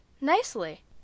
nicely